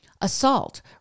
assault